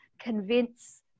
convince